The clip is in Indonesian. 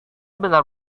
benar